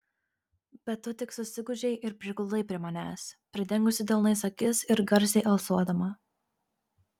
bet tu tik susigūžei ir prigludai prie manęs pridengusi delnais akis ir garsiai alsuodama